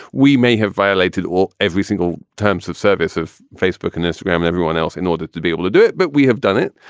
we may have violated all every single terms of service of facebook and instagram and everyone else in order to be able to do it. but we have done it.